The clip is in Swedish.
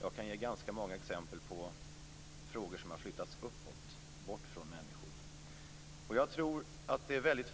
Jag kan ge ganska många exempel på frågor som har flyttats uppåt, bort från människor. Jag tror att det är en väldigt